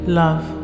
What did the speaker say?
love